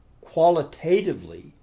qualitatively